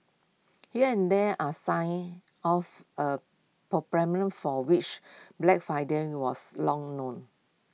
here and there are signs of A for which Black Friday was long known